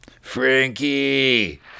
Frankie